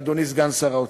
אדוני סגן שר האוצר.